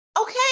Okay